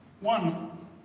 One